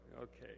Okay